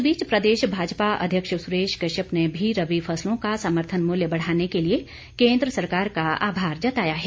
इस बीच प्रदेश भाजपा अध्यक्ष सुरेश कश्यप ने भी रबी फसलों का समर्थन मूल्य बढ़ाने के लिए केंद्र सरकार का आभार जताया हैं